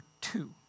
two